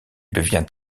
devient